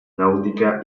náutica